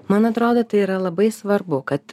man atrodo tai yra labai svarbu kad